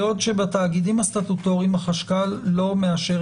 בעוד שבתאגידים הסטטוטוריים החשכ"ל לא מאשר